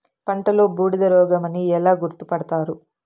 పంటలో బూడిద రోగమని ఎలా గుర్తుపడతారు?